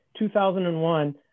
2001